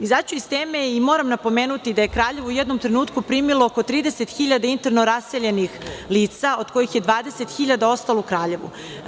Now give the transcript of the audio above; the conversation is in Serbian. Izaći ću iz teme, moram pomenuti da je Kraljevo u jednom trenutku primilo oko 30.000 interno raseljenih lica, od kojih je 20.000 ostalo u Kraljevu.